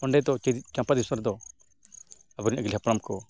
ᱚᱸᱰᱮ ᱫᱚ ᱪᱟᱢᱯᱟ ᱫᱤᱥᱚᱢ ᱨᱮᱫᱚ ᱟᱵᱚ ᱨᱮᱱ ᱟᱹᱜᱤᱞ ᱦᱟᱯᱲᱟᱢ ᱠᱚ